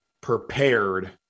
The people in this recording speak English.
prepared